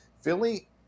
Philly